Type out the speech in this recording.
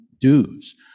dues